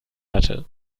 hatte